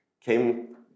came